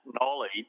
knowledge